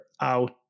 out